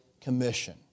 Commission